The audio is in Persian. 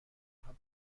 آنها